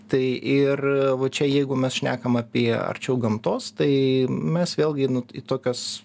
tai ir čia jeigu mes šnekam apie arčiau gamtos tai mes vėlgi į tokias